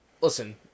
listen